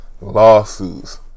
Lawsuits